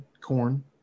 corn